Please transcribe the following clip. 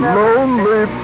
lonely